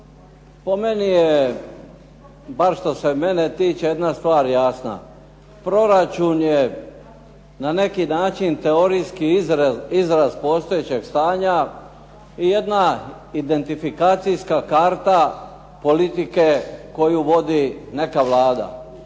Po meni je bar što se mene tiče jedna stvar jasna. Proračun je na neki način teorijski izraz postojećeg stanja i jedna identifikacijska karta politike koju vodi neka Vlada.